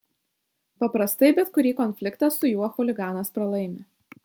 paprastai bet kurį konfliktą su juo chuliganas pralaimi